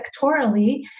sectorally